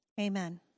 Amen